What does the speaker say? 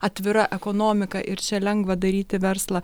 atvira ekonomika ir čia lengva daryti verslą